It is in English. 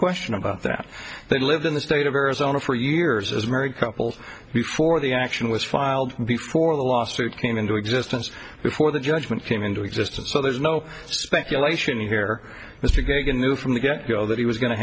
question about that they lived in the state of arizona for years as married couples before the action was filed before the lawsuit came into existence before the judgment came into existence so there's no speculation here mr gagan knew from the get go that he was going to